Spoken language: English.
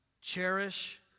Cherish